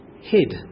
hid